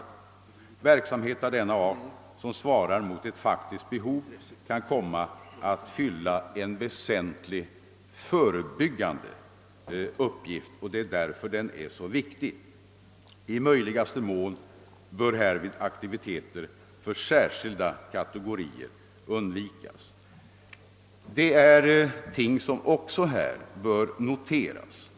En verksamhet av denna art som svarar mot ett faktiskt behov kan komma att fylla en väsentlig, förebygsande uppgift. Det är därför som den är så viktig. I möjligaste mån bör härvid aktiviteter för särskilda kategorier undvikas. Detta är ting som också bör noteras.